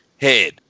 head